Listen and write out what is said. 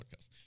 podcast